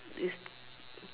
is